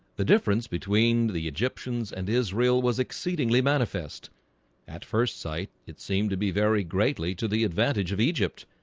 the difference between the egyptians and israel was exceedingly manifest at first sight it seemed to be very greatly to the advantage of egypt.